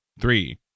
Three